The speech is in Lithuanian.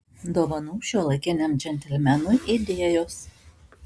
dovanų šiuolaikiniam džentelmenui idėjos